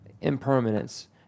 impermanence